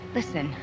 Listen